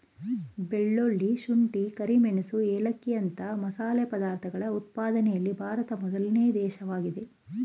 ಬೆಳ್ಳುಳ್ಳಿ, ಶುಂಠಿ, ಕರಿಮೆಣಸು ಏಲಕ್ಕಿಯಂತ ಮಸಾಲೆ ಪದಾರ್ಥಗಳ ಉತ್ಪಾದನೆಯಲ್ಲಿ ಭಾರತ ಮೊದಲನೇ ದೇಶವಾಗಿದೆ